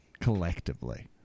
Collectively